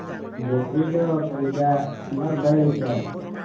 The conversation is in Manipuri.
ꯕꯦꯇ꯭ꯔꯤꯗꯣ ꯀꯔꯤꯗ ꯊꯣꯡꯒꯥꯟ ꯑꯗꯥꯏ ꯂꯩꯇ꯭ꯔꯣ